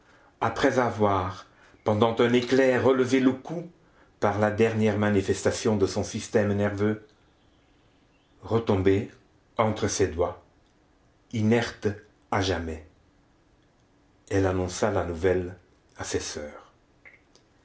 après avoir pendant un éclair relevé le cou par la dernière manifestation de son système nerveux retomber entre ses doigts inerte à jamais elle annonça la nouvelle à ses soeurs